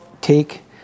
take